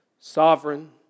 sovereign